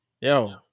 yo